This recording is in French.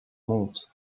monte